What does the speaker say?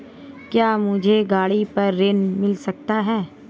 क्या मुझे गाड़ी पर ऋण मिल सकता है?